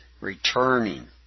returning